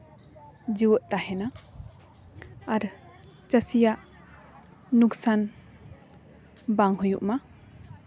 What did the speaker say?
ᱡᱤᱣᱮᱫ ᱛᱟᱦᱮᱱᱟ ᱟᱨ ᱪᱟᱹᱥᱤᱭᱟᱜ ᱞᱳᱠᱥᱟᱱ ᱵᱟᱝ ᱦᱩᱭᱩᱜ ᱢᱟ